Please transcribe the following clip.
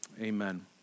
amen